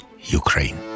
Ukraine